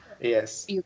Yes